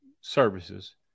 services